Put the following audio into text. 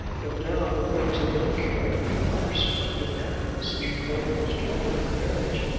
but now that there was a young curate from the outer circle demanding mr. clavering's daughter in marriage,